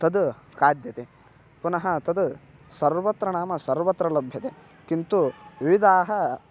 तद् खाद्यते पुनः तद् सर्वत्र नाम सर्वत्र लभ्यते किन्तु विविधाः